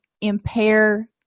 impair